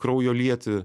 kraujo lieti